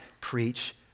preach